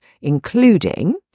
including